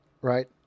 right